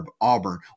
Auburn